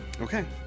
okay